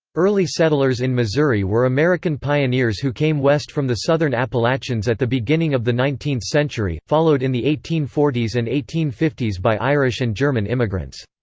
early settlers in missouri were american pioneers who came west from the southern appalachians at the beginning of the nineteenth century, followed in the eighteen forty s and eighteen fifty s by irish and german immigrants.